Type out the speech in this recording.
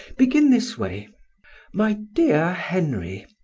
begin this way my dear henry,